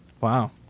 Wow